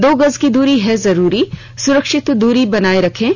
दो गज की दूरी है जरूरी सुरक्षित दूरी बनाए रखें